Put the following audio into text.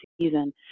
season